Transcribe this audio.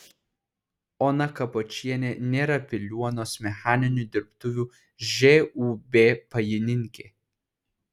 ona kapočienė nėra piliuonos mechaninių dirbtuvių žūb pajininkė